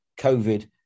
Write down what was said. COVID